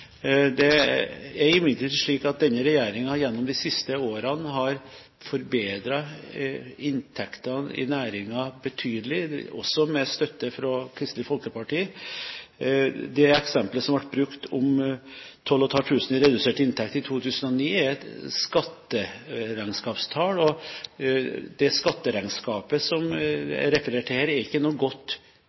Det er imidlertid slik at denne regjeringen gjennom de siste årene har forbedret inntektene i næringen betydelig, også med støtte fra Kristelig Folkeparti. Det eksempelet som ble brukt om 12 500 kr i reduserte inntekter i 2009, er et skatteregnskapstall, og det skatteregnskapet som er referert til her, er ikke noe godt